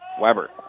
Weber